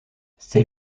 c’est